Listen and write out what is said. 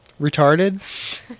Retarded